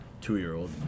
two-year-old